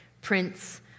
Prince